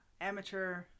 amateur